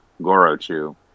Gorochu